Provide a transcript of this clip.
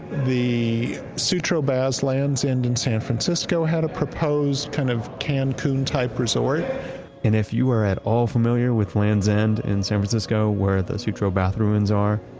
the sutro baths lands end in san francisco had a proposed kind of cancun-type resort if you are at all familiar with lands end in san francisco where those sutro baths ruins are,